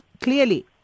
Clearly